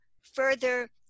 further